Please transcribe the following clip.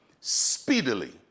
speedily